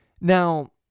Now